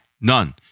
none